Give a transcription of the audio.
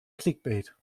clickbait